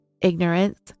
ignorance